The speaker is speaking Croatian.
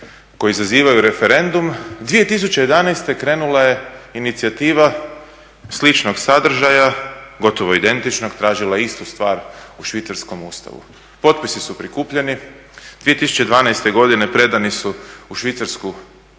koji zazivaju referendum 2011. krenula je inicijativa sličnog sadržaja, gotovo identičnog i tražila je istu stvar u švicarskom Ustavu. Potpisi su prikupljeni, 2012. godine predani su Švicarsku